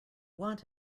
want